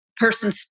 person